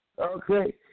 Okay